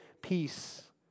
peace